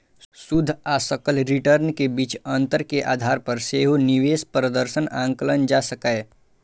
शुद्ध आ सकल रिटर्न के बीच अंतर के आधार पर सेहो निवेश प्रदर्शन आंकल जा सकैए